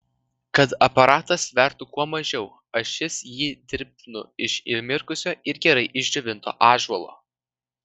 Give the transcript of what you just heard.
kad aparatas svertų kuo mažiau ašis jį dirbdinu iš įmirkusio ir gerai išdžiovinto ąžuolo